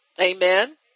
Amen